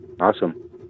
Awesome